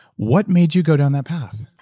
what made you go down that path?